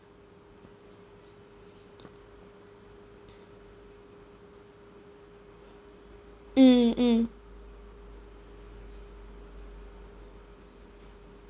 mm mm